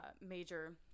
major